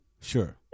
Sure